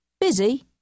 Busy